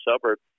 suburb